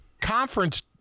conference